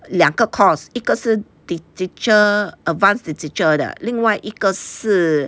两个 course 一个是 digital advanced digital 另外一个是